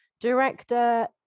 director